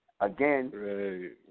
Again